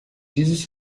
dieses